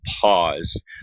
pause